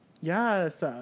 Yes